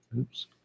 Oops